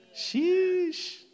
Sheesh